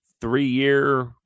three-year